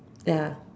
ya